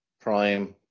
prime